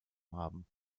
haben